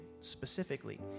specifically